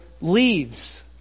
leaves